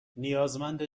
نیازمند